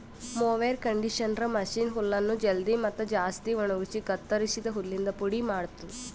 mower conditioner machine ಹುಲ್ಲನ್ನು ಜಲ್ದಿ ಮತ್ತ ಜಾಸ್ತಿ ಒಣಗುಸಿ ಕತ್ತುರಸಿದ ಹುಲ್ಲಿಂದ ಪುಡಿ ಮಾಡ್ತುದ